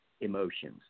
emotions